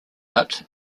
out